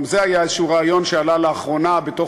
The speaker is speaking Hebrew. גם זה היה איזה רעיון שעלה לאחרונה בתוך